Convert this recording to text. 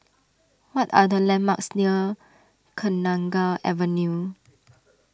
what are the landmarks near Kenanga Avenue